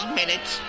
minutes